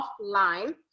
offline